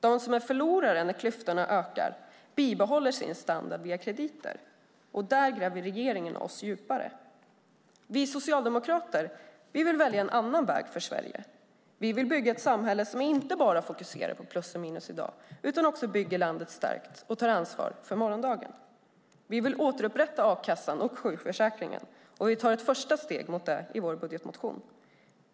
De som är förlorare när klyftorna ökar bibehåller sin standard via krediter. Där gräver regeringen ned oss djupare. Vi socialdemokrater vill välja en annan väg för Sverige. Vi vill bygga ett samhälle som inte bara fokuserar på plus och minus i dag utan också bygger landet starkt och tar ansvar för morgondagen. Vi vill återupprätta a-kassan och sjukförsäkringen, och vi tar ett första steg mot det i vår budgetmotion.